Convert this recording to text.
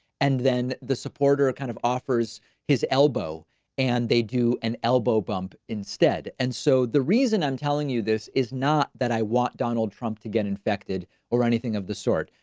and then the supporter kind of offers his elbow and they do an elbow bump instead. and so the reason i'm telling you this is not that i want donald trump to get infected or anything of the sort,